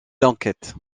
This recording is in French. l’enquête